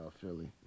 Philly